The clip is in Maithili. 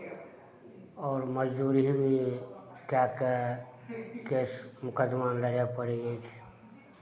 आओर मजदूरी भी कए कऽ केस मुकदमा लड़य पड़ै अछि